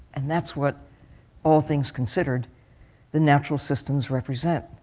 and that's what all things considered the natural systems represent.